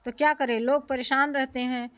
तो क्या करें लोग परेशान रहते हैं